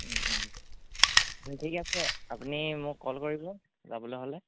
ঠিক আছে আপুনি মোক কল কৰিব যাবলৈ হ'লে